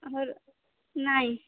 ହଁ ନାଇଁ